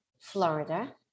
Florida